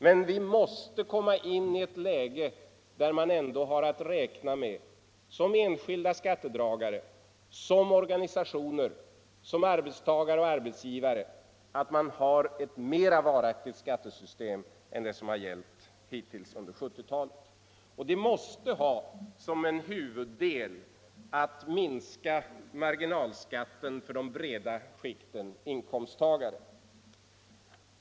Men vi måste få ett sådant skattesystem att enskilda skattedragare, organisationer, arbetstagare och arbetsgivare kan räkna med att det är mera varaktigt än det skattesystem som har gällt hittills under 1970-talet. Det måste som en huvuddel ha en minskad marginalskatt för de breda skikten inkomsttagare.